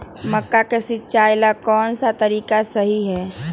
मक्का के सिचाई ला कौन सा तरीका सही है?